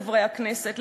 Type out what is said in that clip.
חברי הכנסת,